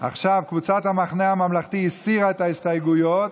קבוצת המחנה הממלכתי הסירה את ההסתייגויות.